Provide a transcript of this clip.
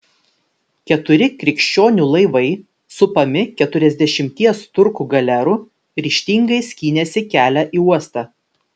keturi krikščionių laivai supami keturiasdešimties turkų galerų ryžtingai skynėsi kelią į uostą